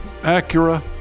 Acura